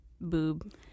boob